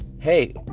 hey